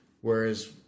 whereas